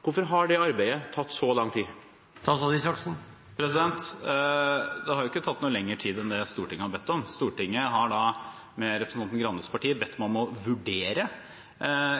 Hvorfor har det arbeidet tatt så lang tid? Det har ikke tatt lengre tid enn det Stortinget har bedt om. Stortinget har med representanten Grandes parti bedt meg om å vurdere .